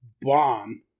bomb